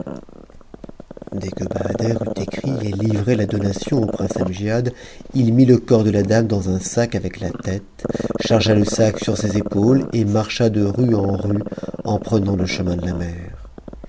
bahader eut écrit et livré la donation au prince amgiad il n le corps de la dame dans un sac avec la tête chargea le sac sur ses épaules et marcha de rue en rue en prenant le chemin de la mer